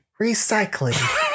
Recycling